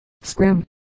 scrim